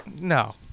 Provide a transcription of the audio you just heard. No